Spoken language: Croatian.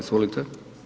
Izvolite.